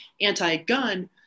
anti-gun